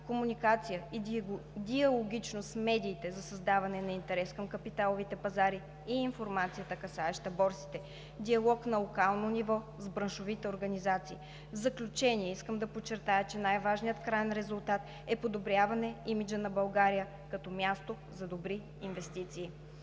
комуникация и диалогичност с медиите за създаване на интерес към капиталовите пазари и информацията, касаеща борсите; - диалог на локално ниво с браншовите организации. В заключение искам да подчертая, че най-важният краен резултат е подобряване имиджа на България като място за добри инвестиции.